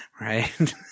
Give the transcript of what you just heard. Right